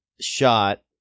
shot